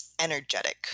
Energetic